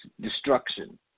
destruction